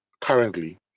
currently